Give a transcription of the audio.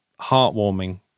heartwarming